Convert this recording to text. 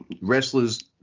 Wrestlers